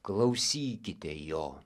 klausykite jo